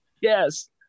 Yes